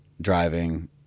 driving